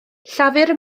llafur